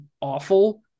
awful